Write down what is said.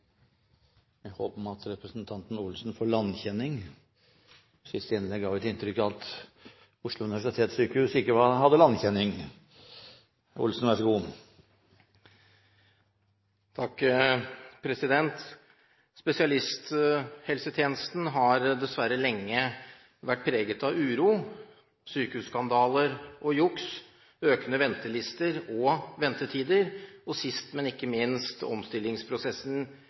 om at representanten Olsen får landkjenning. Siste innlegg ga et inntrykk av at Oslo universitetssykehus ikke hadde landkjenning. Spesialisthelsetjenesten har dessverre lenge vært preget av uro, sykehusskandaler, juks, økende ventelister og ventetider, og sist, men ikke minst har omstillingsprosessen